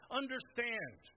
understand